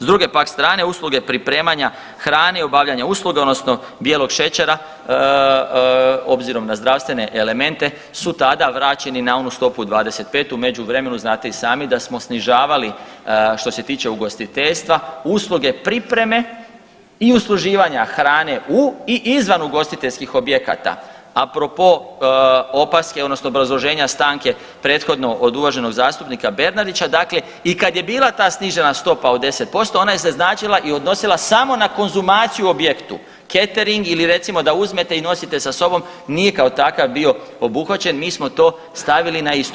S druge pak strane usluge pripremanja hrane i obavljanja usluga odnosno bijelog šećera obzirom na zdravstvene elemente su tada vraćeni na onu stopu od 25, u međuvremenu znate i sami da smo snižavali što se tiče ugostiteljstva usluge pripreme i usluživanja hrane u i izvan ugostiteljskih objekata, apropo opaske odnosno obrazloženja stanke prethodno od uvaženog zastupnika Bernardića, dakle i kad je bila ta snižena stopa od 10% ona se označila i odnosila samo na konzumaciju u objektu, catering ili recimo da uzmete i nosite sa sobom, nije kao takav bio obuhvaćen, mi smo to stavili na isto.